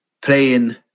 playing